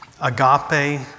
agape